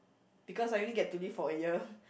because I only get to live for a year